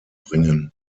bringen